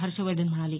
हर्षवर्धन म्हणाले